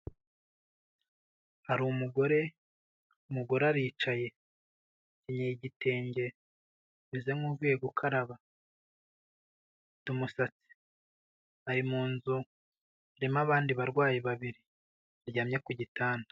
Hari umugore, umugore aricaye yikenyeye igitenge ameze nkuvuye gukaraba, afite umusatsi ari mu nzu harimo abandi barwayi babiri baryamye ku gitanda.